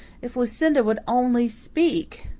if lucinda would only speak!